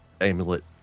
amulet